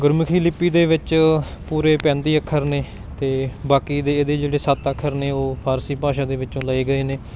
ਗੁਰਮੁਖੀ ਲਿਪੀ ਦੇ ਵਿੱਚ ਪੂਰੇ ਪੈਂਤੀ ਅੱਖਰ ਨੇ ਅਤੇ ਬਾਕੀ ਦੇ ਇਹਦੇ ਜਿਹੜੇ ਸੱਤ ਅੱਖਰ ਨੇ ਉਹ ਫਾਰਸੀ ਭਾਸ਼ਾ ਦੇ ਵਿੱਚੋਂ ਲਏ ਗਏ ਨੇ